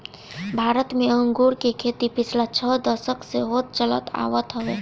भारत में अंगूर के खेती पिछला छह दशक से होत चलत आवत हवे